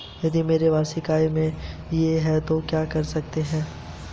यदि मेरी वार्षिक आय देढ़ लाख से कम है तो क्या मैं क्रेडिट कार्ड के लिए योग्य हूँ?